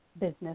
business